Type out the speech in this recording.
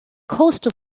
coastal